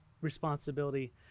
responsibility